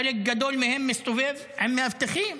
חלק גדול מהם מסתובב עם מאבטחים,